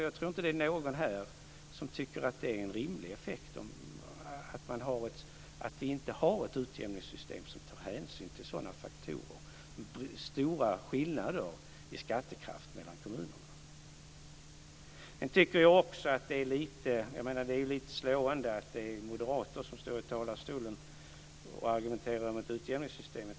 Jag tror inte att någon här tycker att det vore rimligt att inte ha ett utjämningssystem som tar hänsyn till faktorer som stora skillnader i skattekraft mellan kommunerna. Sedan tycker jag också att det är lite slående att det är moderater som står i talarstolen och argumenterar om utjämningssystemet.